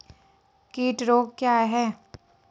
कीट रोग क्या है?